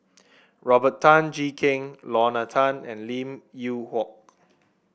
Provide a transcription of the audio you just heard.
Robert Tan Jee Keng Lorna Tan and Lim Yew Hock